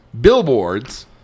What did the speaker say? billboards